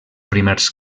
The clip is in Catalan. primers